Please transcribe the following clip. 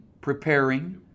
preparing